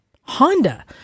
Honda